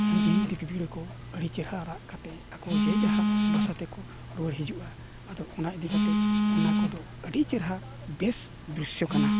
ᱡᱤᱱᱛᱤ ᱯᱤᱯᱤᱲᱤ ᱠᱚ ᱟᱹᱰᱤ ᱪᱮᱦᱨᱟ ᱨᱟᱜ ᱠᱟᱛᱮᱫ ᱟᱠᱚ ᱡᱮ ᱡᱟᱦᱟᱨ ᱵᱷᱟᱥᱟ ᱛᱮᱠᱚ ᱨᱩᱣᱟᱹᱲ ᱦᱤᱡᱩᱜᱼᱟ ᱟᱫᱚ ᱚᱱᱟ ᱤᱫᱤ ᱠᱟᱛᱮᱫ ᱚᱱᱟ ᱠᱚᱫᱚ ᱟᱹᱰᱤ ᱪᱮᱦᱨᱟ ᱵᱮᱥ ᱫᱨᱤᱥᱥᱚ ᱠᱟᱱᱟ